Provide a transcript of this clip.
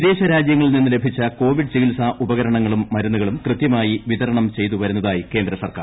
വിദേശരാജ്യങ്ങളിൽ നിന്ന് ലഭിച്ച കോവിഡ് ചികിത്സാ ഉപകരണങ്ങളും മരുന്നുകളും കൃത്യമായി വിതരണം ചെയ്തുവരുന്നതായി കേന്ദ്രസർക്കാർ